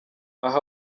aha